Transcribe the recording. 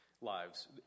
lives